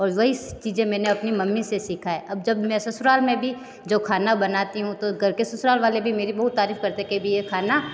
और वही चीज़ें मैंने अपनी मम्मी से सीखा है अब जब मैं ससुराल में भी जो खाना बनाती हूँ तो घर के ससुराल वाले भी मेरी बहुत तारीफ करते के भी ये खाना